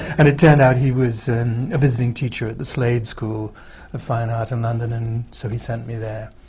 and it turned out he was a visiting teacher at the slade school of fine art in london, and so he sent me there.